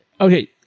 okay